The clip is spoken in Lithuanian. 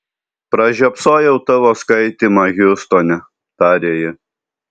pražiopsojau tavo skaitymą hjustone tarė ji